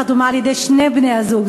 החתומה על-ידי שני בני-הזוג.